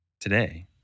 Today